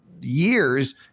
years